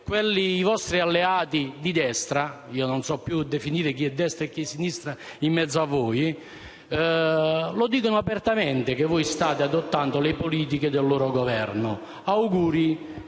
i vostri alleati di destra (anche se non so più definire chi è di destra e chi è di sinistra in mezzo a voi) dicono apertamente che voi state adottando le politiche del loro Governo.